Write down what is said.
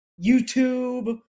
YouTube